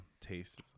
taste